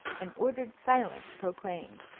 and ordered silence proclaimed.